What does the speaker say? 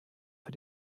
für